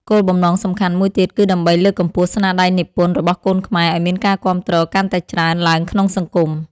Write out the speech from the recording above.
គោលបំណងសំខាន់មួយទៀតគឺដើម្បីលើកកម្ពស់ស្នាដៃនិពន្ធរបស់កូនខ្មែរឱ្យមានការគាំទ្រកាន់តែច្រើនឡើងក្នុងសង្គម។